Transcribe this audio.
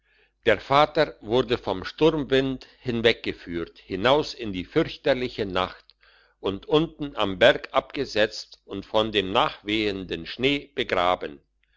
der vater wurde vom sturmwind hinweggeführt hinaus in die fürchterliche nacht und unten am berg abgesetzt und von dem nachwehenden schnee begraben